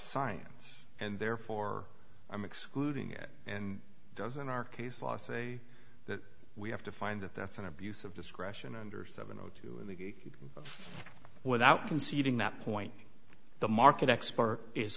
science and therefore i'm excluding it and doesn't our case law say that we have to find that that's an abuse of discretion under seven o two in the book without conceding that point the market expert is